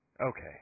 Okay